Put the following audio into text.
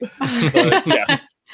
Yes